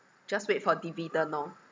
just wait for dividend orh